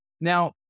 Now